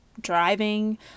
driving